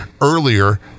earlier